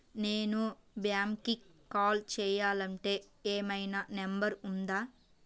నేను బ్యాంక్కి కాల్ చేయాలంటే ఏమయినా నంబర్ ఉందా?